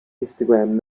histogram